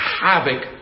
havoc